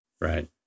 right